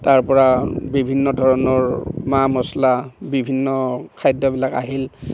তাৰ পৰা বিভিন্ন ধৰণৰ মা মছলা বিভিন্ন খাদ্যবিলাক আহিল